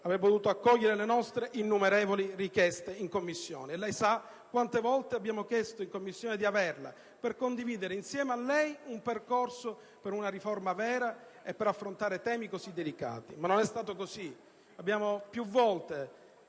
avrebbe potuto accogliere le nostre innumerevoli richieste in Commissione. Lei sa quante volte abbiamo richiesto la sua presenza in Commissione per condividere insieme a lei un percorso per una riforma vera e per affrontare temi così delicati: ma non è stato possibile. Lo ripeto: più volte,